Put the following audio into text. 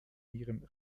ihrem